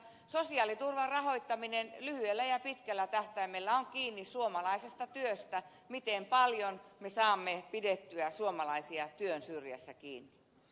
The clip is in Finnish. sosiaaliturvan rahoittaminen lyhyellä ja pitkällä tähtäimellä on kiinni suomalaisesta työstä siitä miten paljon me saamme pidettyä suomalaisia työn syrjässä kiinni